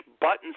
buttons